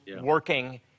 working